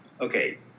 okay